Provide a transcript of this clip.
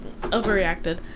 overreacted